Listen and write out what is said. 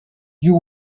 you